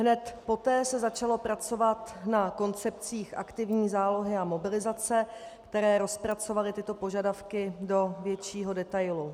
Hned poté se začalo pracovat na koncepcích aktivní zálohy a mobilizace, které rozpracovaly tyto požadavky do většího detailu.